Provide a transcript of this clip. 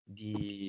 di